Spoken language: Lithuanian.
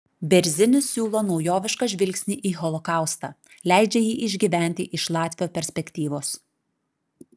bėrzinis siūlo naujovišką žvilgsnį į holokaustą leidžia jį išgyventi iš latvio perspektyvos